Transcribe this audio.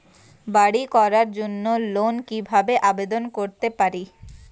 বাড়ি করার জন্য লোন কিভাবে আবেদন করতে পারি?